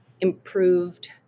improved